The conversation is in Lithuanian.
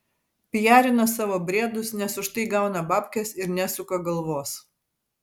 pijarina savo briedus nes už tai gauna babkes ir nesuka galvos